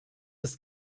ist